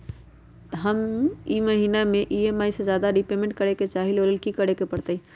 हम ई महिना में ई.एम.आई से ज्यादा रीपेमेंट करे के चाहईले ओ लेल की करे के परतई?